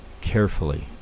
carefully